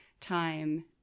Time